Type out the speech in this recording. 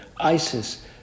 ISIS